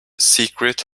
secret